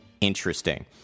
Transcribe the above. interesting